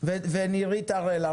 ונירית הראל.